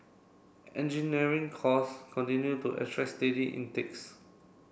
engineering course continue to attract steady intakes